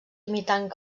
imitant